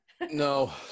no